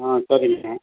ஆ சரிங்கங்க